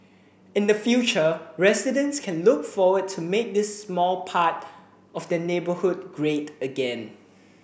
in the future residents can look forward to make this small part of their neighbourhood great again